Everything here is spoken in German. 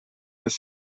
des